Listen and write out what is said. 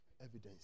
Evidence